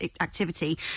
activity